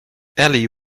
ellie